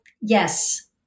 Yes